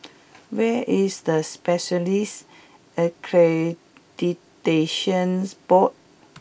where is the Specialists Accreditation Board